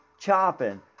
chopping